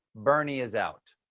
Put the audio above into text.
bernie is out.